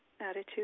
attitude